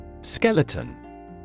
Skeleton